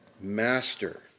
master